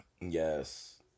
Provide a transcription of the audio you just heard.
Yes